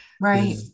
Right